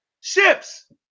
ships